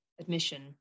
admission